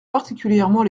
particulièrement